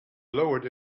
lowered